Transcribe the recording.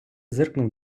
зиркнув